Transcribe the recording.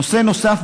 נושא נוסף,